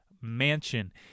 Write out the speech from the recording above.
Mansion